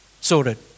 sorted